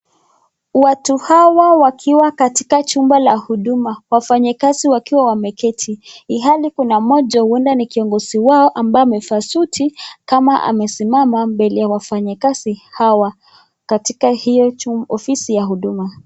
Watu hawa wakiwa katika chumba la huduma, wafanyikazi wakiwa wameketi, ilhali kuna mmoja huenda ni kiongozi wao ambaye amevaa suti kama amesimama mbele ya wafanyikazi hawa katika hii ofisi ya huduma.